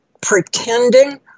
pretending